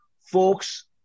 folks